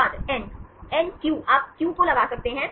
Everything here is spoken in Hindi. छात्र एन NQ आप Q को लगा सकते हैं